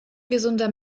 gesunder